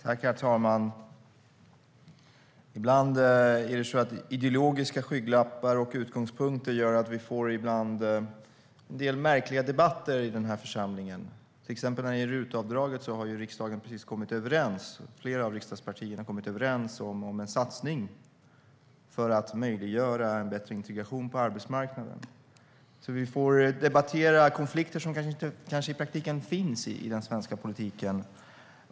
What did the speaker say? Herr talman! Ibland är det så att ideologiska skygglappar och utgångspunkter gör att vi får en del märkliga debatter i den här församlingen, till exempel när det gäller RUT-avdraget. Flera av riksdagspartierna har precis kommit överens om en satsning som ska möjliggöra bättre integration på arbetsmarknaden. Vi får alltså debattera konflikter som kanske i praktiken inte finns i den svenska politiken.